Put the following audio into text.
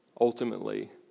ultimately